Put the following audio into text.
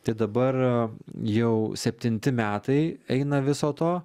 tai dabar jau septinti metai eina viso to